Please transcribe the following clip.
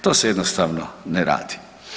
To se jednostavno ne radi.